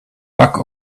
pack